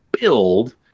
build